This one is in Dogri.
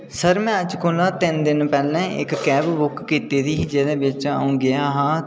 सर में अज्ज कोला तिन दिन पैह्लें इक कैब बुक कीती दी ही जेह्दे बिच्च अ'ऊ गेआ हा